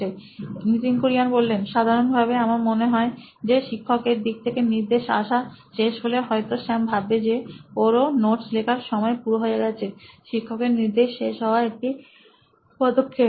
Nitin Kurian C O O নোইন electronics সাধারণভাবে আমার মনে হয় যে শিক্ষক এর দিক থেকে নির্দে শ আসা শেষ হলে হয়তো স্যাম ভাববে যে ওরও নোটস লেখার সময় পুরো হয়ে গেছে শিক্ষক এর নির্দে শ শেষ হওয়া একটি পদক্ষেপ